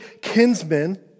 kinsmen